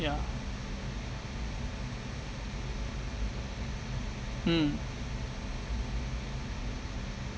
ya mm